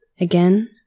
Again